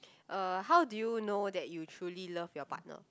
uh how do you know that you truly love your partner